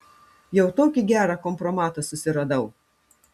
jau tokį gerą kompromatą susiradau